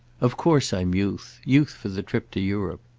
of course i'm youth youth for the trip to europe.